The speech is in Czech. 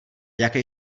jaké